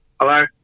Hello